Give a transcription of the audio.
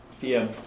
PM